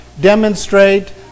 demonstrate